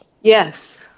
Yes